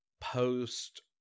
post